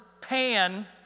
Pan